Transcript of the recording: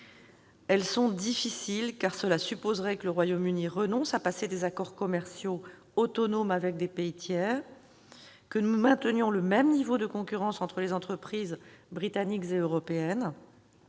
Elles sont difficiles, car cela supposerait que celui-ci renonce à passer des accords commerciaux autonomes avec des pays tiers, que nous maintenions le même niveau de concurrence entre les entreprises britanniques et européennes